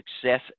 success